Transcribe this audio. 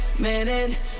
minute